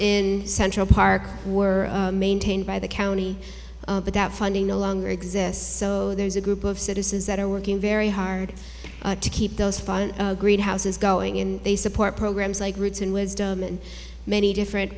in central park were maintained by the county but that funding no longer exists so there's a group of citizens that are working very hard to keep those funded greenhouses going and they support programs like roots and wisdom and many different